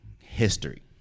history